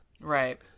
Right